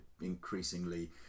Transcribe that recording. increasingly